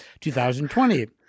2020